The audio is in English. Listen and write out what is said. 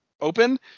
open